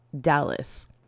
Dallas